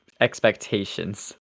expectations